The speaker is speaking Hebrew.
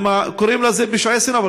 קוראים לזה פשעי שנאה,